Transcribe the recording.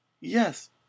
Yes